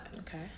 Okay